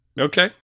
Okay